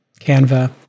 Canva